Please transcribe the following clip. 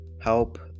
help